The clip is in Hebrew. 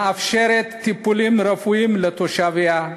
מאפשרת טיפולים רפואיים לתושביה,